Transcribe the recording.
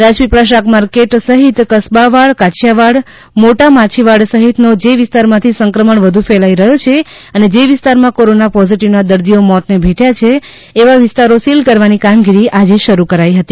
રાજપીપલા શાકમાર્કેટ સહિત કસબાવાડ કાછીયાવાડ મોટા માછીવાડ સહિતનો જે વિસ્તારમાંથી સંક્રમણ વધુ ફેલાઈ રહયો છે અને જે વિસ્તારમાં કોરોના પોઝિટિવના દર્દીઓ મોતને ભેટ્યા છે એવા વિસ્તારો સીલ કરવાની કામગીરી આજે શરૂ કરાઈ હતી